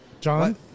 John